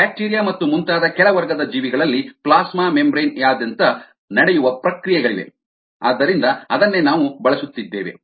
bacteria ಮತ್ತು ಮುಂತಾದ ಕೆಳವರ್ಗದ ಜೀವಿಗಳಲ್ಲಿ ಪ್ಲಾಸ್ಮಾ ಮೆಂಬರೇನ್ ಯಾದ್ಯಂತ ನಡೆಯುವ ಪ್ರಕ್ರಿಯೆಗಳಿವೆ ಆದ್ದರಿಂದ ಅದನ್ನೇ ನಾವು ಬಳಸುತ್ತಿದ್ದೇವೆ